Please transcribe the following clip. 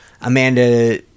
Amanda